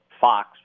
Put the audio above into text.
Fox